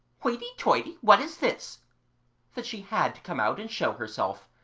hoity-toity, what is this that she had to come out and show herself.